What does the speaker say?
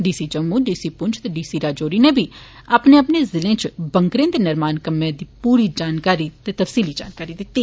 DC Jammu DC Poonch ते DC Rajouri नै बी अपने अपने जिले च बंकरें दे निर्माण कम्मै दे बारे च पूरी ते तफसीली जानकारी दित्ती